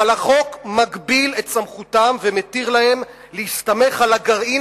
אבל החוק מגביל את סמכותם ומתיר להם להסתמך על הגרעין